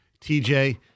TJ